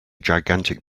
gigantic